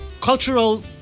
cultural